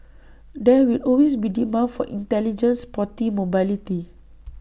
there will always be demand for intelligent sporty mobility